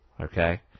Okay